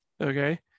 okay